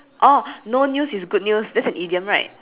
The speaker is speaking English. oh no news is good news that's an idiom right